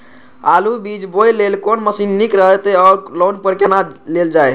आलु बीज बोय लेल कोन मशीन निक रहैत ओर लोन पर केना लेल जाय?